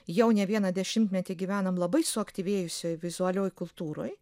jau ne vieną dešimtmetį gyvenam labai suaktyvėjusioj vizualioj kultūroj